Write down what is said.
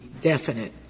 definite